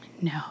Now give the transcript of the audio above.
No